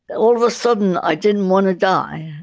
all of a sudden, i didn't want to die